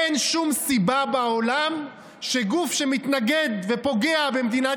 אין שום סיבה בעולם שגוף שמתנגד ופוגע במדינת